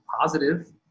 positive